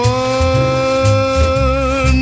one